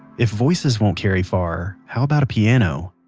if voices won't carry far, how about a piano?